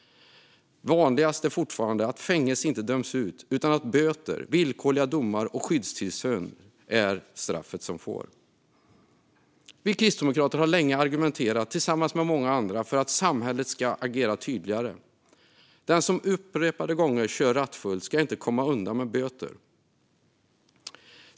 Vanligast är fortfarande att fängelse inte döms ut, utan straffet man får är böter, villkorliga domar eller skyddstillsyn. Kristdemokraterna har tillsammans med många andra länge argumenterat för att samhället ska agera tydligare. Den som upprepade gånger kör rattfull ska inte komma undan med böter.